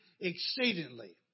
exceedingly